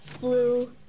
blue